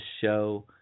show